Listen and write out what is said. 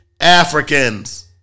Africans